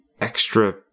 extra